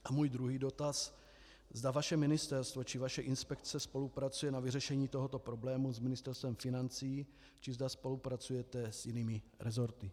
A můj druhý dotaz, zda vaše ministerstvo či vaše inspekce spolupracuje na vyřešení tohoto problému s Ministerstvem financí či zda spolupracujete s jinými resorty.